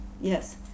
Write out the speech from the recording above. yes